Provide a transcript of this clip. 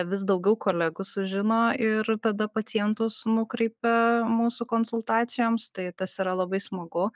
vis daugiau kolegų sužino ir tada pacientus nukreipia mūsų konsultacijoms tai tas yra labai smagu